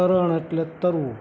તરણ એટલે તરવું